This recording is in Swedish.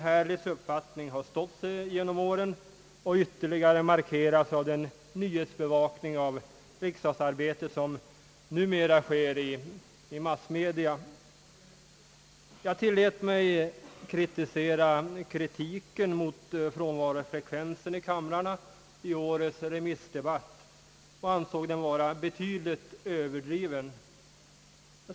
Hans uppfattning har stått sig genom åren och ytterligare markerats av den nyhetsbevakning av riksdagsarbetet som numera sker i massmedia. Jag tillät mig kritisera kritiken mot frånvarofrekvensen i kamrarna i årets remissdebatt och ansåg den vara betydligt överdriven.